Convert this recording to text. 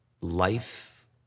life